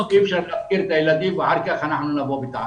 אי אפשר להפקיר את הילדים ואחר כך לבוא בתלונות.